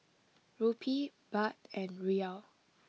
Rupee Baht and Riyal